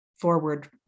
forward